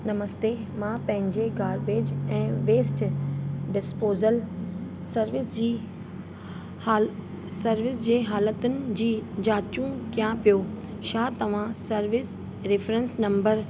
नमस्ते मां पंहिंजे गार्बेज ऐं वेस्ट डिसपोज़ल सर्विस जी हाल सर्विस जे हालतुनि जी जांच कयां पियो छा तव्हां सर्विस रिफ्रंस नम्बर